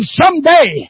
someday